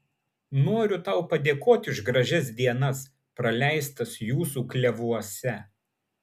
noriu tau padėkoti už gražias dienas praleistas jūsų klevuose